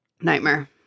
nightmare